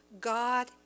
God